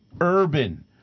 urban